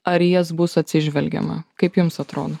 ar į jas bus atsižvelgiama kaip jums atrodo